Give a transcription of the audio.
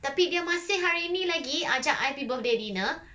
tapi dia masih hari ni lagi ajak I pergi birthday dinner